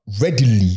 readily